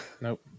Nope